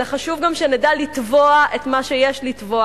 אלא חשוב גם שנדע לתבוע את מה שיש לתבוע